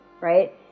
Right